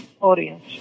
audience